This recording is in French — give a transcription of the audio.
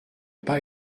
pas